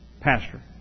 pastor